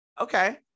Okay